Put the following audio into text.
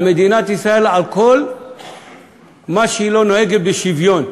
מדינת ישראל על כל מה שהיא לא נוהגת בו בשוויון.